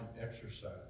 exercise